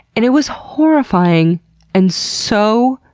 and it was horrifying and so,